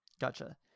Gotcha